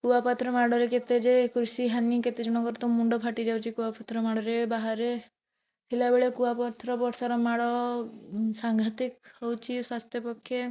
କୁଆପଥର ମାଡ଼ରେ କେତେ ଯେ କୃଷିହାନି କେତେଜଣଙ୍କର ତ ମୁଣ୍ଡ ଫାଟିଯାଉଛି କୁଆପଥର ମାଡ଼ରେ ବାହାରେ ପିଲାବେଳେ କୁଆପଥର ବର୍ଷାର ମାଡ଼ ସାଂଘାତିକ ହଉଛି ସ୍ଵାସ୍ଥ୍ୟପକ୍ଷେ